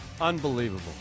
Unbelievable